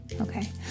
Okay